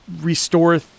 restore